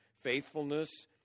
faithfulness